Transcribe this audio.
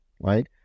right